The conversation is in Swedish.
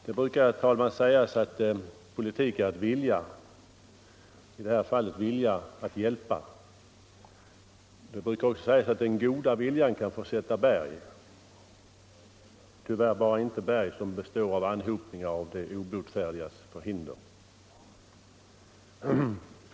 Det brukar, herr talman, sägas att politik är att vilja; i det här fallet vilja att hjälpa. Det brukar också sägas att den goda viljan kan försätta berg, tyvärr dock inte berg som består av anhopningar av de obotfärdigas Nr 142 förhinder.